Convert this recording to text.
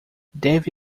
deve